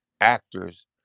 actors